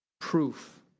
Proof